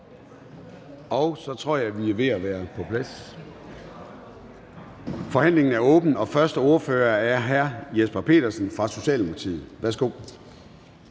Så tror jeg, vi er ved at være på plads. Forhandlingen åbnet, og den første ordfører er hr. Jesper Petersen fra Socialdemokratiet. Værsgo.